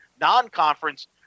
non-conference